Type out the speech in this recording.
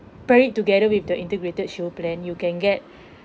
pair it together with the integrated shield plan you can get